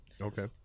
Okay